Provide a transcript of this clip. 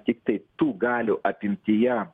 tiktai tų galių apimtyje